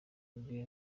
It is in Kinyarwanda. bwe